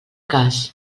cas